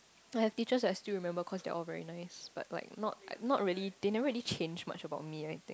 I have teachers that I still remember cause they are all very nice but like not not really they never really change much about me in anything